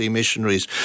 Missionaries